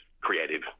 creative